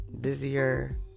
busier